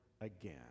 again